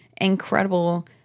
incredible